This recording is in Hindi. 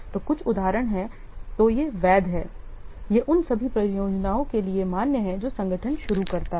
तो कुछ उदाहरण हैं तो ये वैध हैं ये उन सभी परियोजनाओं के लिए मान्य हैं जो संगठन शुरू करता है